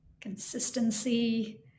consistency